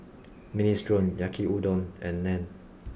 Minestrone Yaki Udon and Naan